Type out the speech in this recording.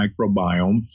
microbiome